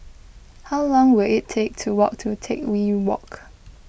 how long will it take to walk to Teck Whye Walk